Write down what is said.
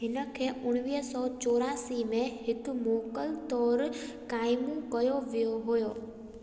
हिनखे उणिवीह सौ चौरासीअ में हिकु मोकल तौरु क़ाइमु कयो वियो हो